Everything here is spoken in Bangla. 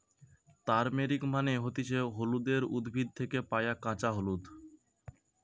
তারমেরিক মানে হতিছে হলুদের উদ্ভিদ থেকে পায়া কাঁচা হলুদ